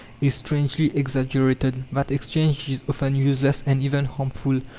is strangely exaggerated that exchange is often useless and even harmful.